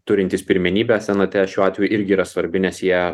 turintys pirmenybę senate šiuo atveju irgi yra svarbi nes jie